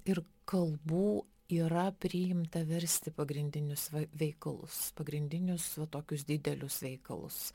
ir kalbų yra priimta versti pagrindinius veikalus pagrindinius tokius didelius veikalus